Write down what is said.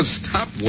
stop